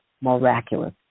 miraculous